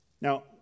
Now